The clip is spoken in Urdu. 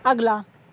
اگلا